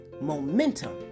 momentum